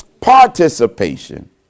participation